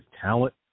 talent